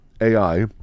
AI